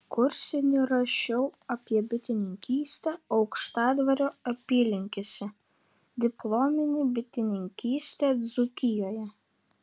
kursinį rašiau apie bitininkystę aukštadvario apylinkėse diplominį bitininkystę dzūkijoje